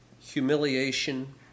humiliation